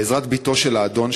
בעזרת בתו של האדון,